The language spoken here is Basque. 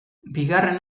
bigarren